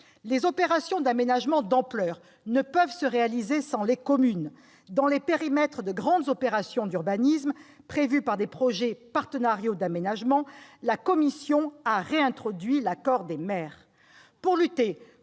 Les opérations d'aménagement d'ampleur ne peuvent se réaliser sans les communes. Dans les périmètres des grandes opérations d'urbanisme prévues par des projets partenariaux d'aménagement, la commission a réintroduit l'accord des maires.